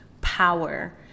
power